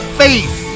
face